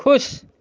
खुश